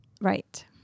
Right